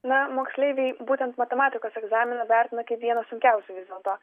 na moksleiviai būtent matematikos egzaminą vertina kaip vieną sunkiausių vis dėlto